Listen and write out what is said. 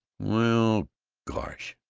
well gosh,